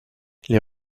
les